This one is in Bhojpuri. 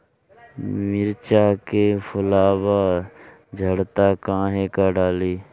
मिरचा के फुलवा झड़ता काहे का डाली?